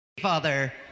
father